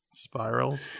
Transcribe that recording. Spirals